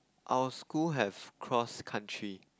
our school have cross country